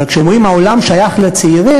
אבל כשאומרים "העולם שייך לצעירים"